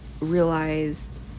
realized